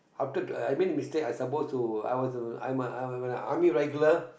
after I make a mistake I suppose to I was a I'm a when I when I army regular